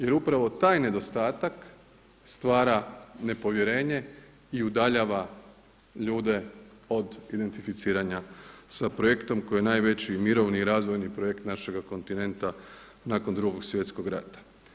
Jer upravo taj nedostatak stvara nepovjerenje i udaljava ljude od identificiranja sa projektom koji je najveći mirovni i razvojni projekt našega kontinenta nakon Drugog svjetskog rata.